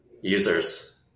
users